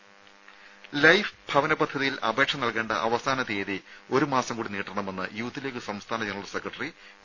രുമ ലൈഫ് ഭവന പദ്ധതിയിൽ അപേക്ഷ നൽകേണ്ട അവസാന തീയതി ഒരു മാസം കൂടി നീട്ടണമെന്ന് യൂത്ത് ലീഗ് സംസ്ഥാന ജനറൽ സെക്രട്ടറി പി